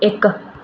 ਇੱਕ